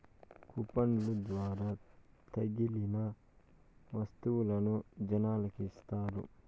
కూపన్ల ద్వారా తగిలిన వత్తువులను జనాలకి ఇత్తారు